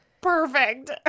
Perfect